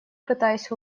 пытаясь